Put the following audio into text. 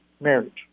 marriage